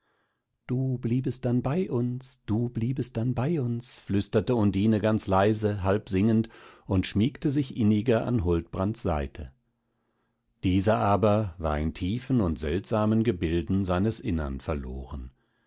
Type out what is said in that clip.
du bliebest dann bei uns du bliebest dann bei uns flüsterte undine ganz leise halb singend und schmiegte sich inniger an huldbrands seite dieser aber war in tiefen und seltsamen gebilden seines innern verloren